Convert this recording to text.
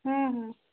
ହୁଁ ହୁଁ